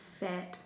fad